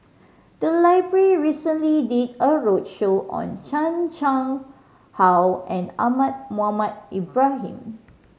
the library recently did a roadshow on Chan Chang How and Ahmad Mohamed Ibrahim